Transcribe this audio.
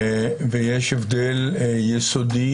יש הבדל יסודי,